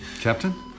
Captain